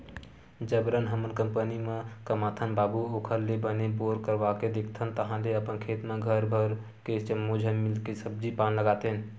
जबरन हमन कंपनी म कमाथन बाबू ओखर ले बने बोर करवाके देखथन ताहले अपने खेत म घर भर के जम्मो झन मिलके सब्जी पान लगातेन